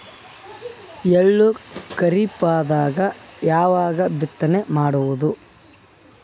ಎಳ್ಳು ಖರೀಪದಾಗ ಯಾವಗ ಬಿತ್ತನೆ ಮಾಡಬಹುದು?